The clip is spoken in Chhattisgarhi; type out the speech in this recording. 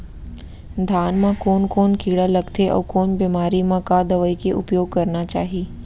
धान म कोन कोन कीड़ा लगथे अऊ कोन बेमारी म का दवई के उपयोग करना चाही?